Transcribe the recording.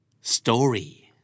Story